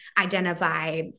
identify